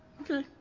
Okay